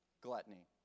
gluttony